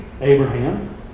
Abraham